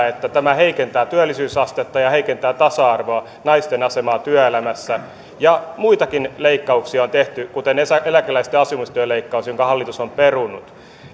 että tämä heikentää työllisyysastetta ja heikentää tasa arvoa naisten asemaa työelämässä ja muitakin leikkauksia on tehty kuten eläkeläisten asumistuen leikkaus jonka hallitus on perunut